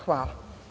Hvala.